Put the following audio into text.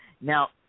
Now